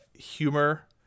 humor